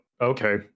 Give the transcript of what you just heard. okay